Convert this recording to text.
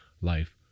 life